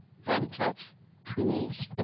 then touch tools.